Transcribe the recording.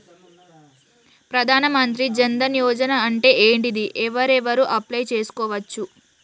ప్రధాన మంత్రి జన్ ధన్ యోజన అంటే ఏంటిది? ఎవరెవరు అప్లయ్ చేస్కోవచ్చు?